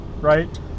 right